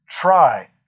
Try